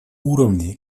уровне